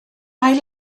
mae